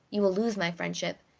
you will lose my friendship,